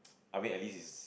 I mean at least he's